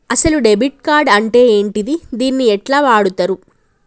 అసలు debit card అంటే ఏంటిది? దీన్ని ఎట్ల వాడుతరు?